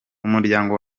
umuryango